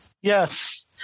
yes